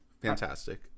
Fantastic